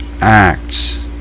acts